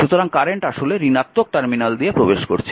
সুতরাং কারেন্ট আসলে ঋণাত্মক টার্মিনাল দিয়ে প্রবেশ করছে